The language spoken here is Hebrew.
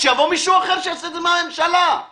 שיבוא מישהו אחר מהממשלה שיעשה את זה.